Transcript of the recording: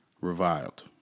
reviled